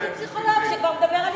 נהיה פה פסיכולוג שכבר מדבר על,